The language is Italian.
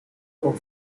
con